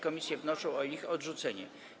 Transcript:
Komisje wnoszą o ich odrzucenie.